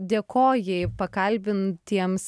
dėkojai pakalbintiems